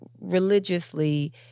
religiously